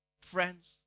Friends